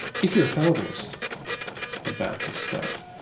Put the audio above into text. if you're a fallibilist about this stuff,